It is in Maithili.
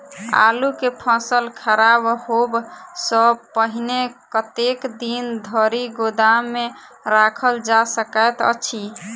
आलु केँ फसल खराब होब सऽ पहिने कतेक दिन धरि गोदाम मे राखल जा सकैत अछि?